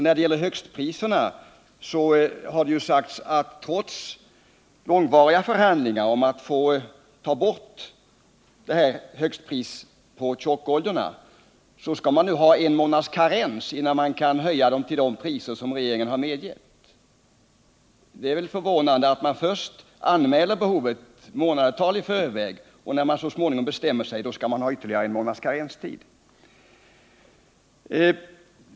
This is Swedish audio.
När det gäller högstpriserna har det ju dessutom sagts att man trots långvariga förhandlingar om att få ta bort dem på tjockoljorna nu skall ha en månads karens innan man kan höja dem till den nivå som regeringen har medgivit. Det är förvånande att man anmäler behovet av ett borttagande månadsvis i förväg, men när man så småningom bestämmer sig skall man införa ytterligare en månads karenstid.